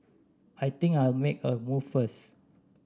I think I'll make a move first